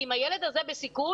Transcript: ואם הילד בסיכון,